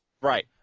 right